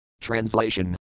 Translation